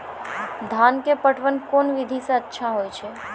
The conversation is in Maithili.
धान के पटवन कोन विधि सै अच्छा होय छै?